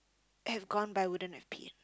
have gone by wouldn't have paid